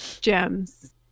gems